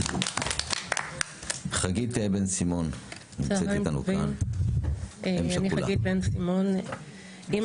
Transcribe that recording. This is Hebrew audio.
נמצאת איתנו כאן חגית בן סימון, אם שכולה.